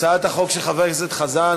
הצעת החוק של חבר הכנסת חזן,